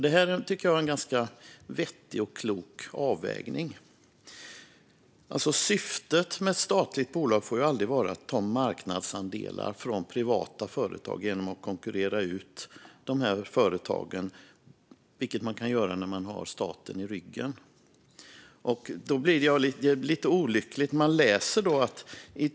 Det här tycker jag är en ganska vettig och klok avvägning. Syftet med ett statligt bolag får ju aldrig vara att ta marknadsandelar från privata företag genom att konkurrera ut dem, vilket man kan göra när man har staten i ryggen. Då blir det lite olyckligt.